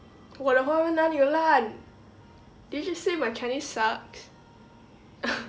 我的华文哪里有烂 did you just say my chinese sucks